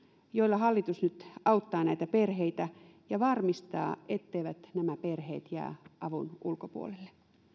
joilla hallitus nyt auttaa näitä perheitä ja varmistaa etteivät nämä perheet jää avun ulkopuolelle